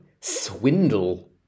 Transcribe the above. swindle